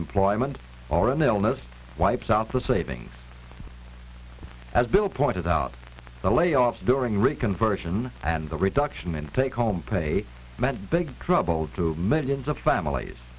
employment or an illness wipes out the savings as bill pointed out the layoffs during reconversion and the reduction in take home pay big trouble to millions of families